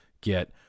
get